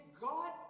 God